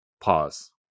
Pause